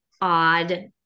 odd